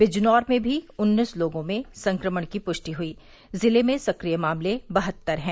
बिजनौर में भी उन्नीस लोगों में संक्रमण की पुष्टि हुई जिले में सक्रिय मामले बहत्तर हैं